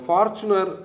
Fortuner